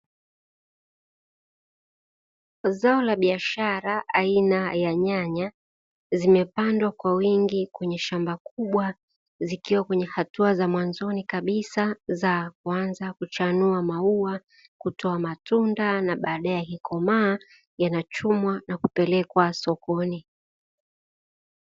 Zao la biashara aina ya nyanya, zimepandwa kwa wingi kwenye shamba kubwa zikiwa kwenye hatua za mwanzoni kabisa za kuanza kuchanuwa maua, kutoa matunda, na baadaye yakikomaa yanachumwa na kupelekwa sokoni.